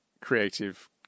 creative